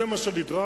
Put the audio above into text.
זה מה שנדרש,